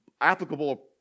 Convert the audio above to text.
applicable